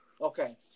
Okay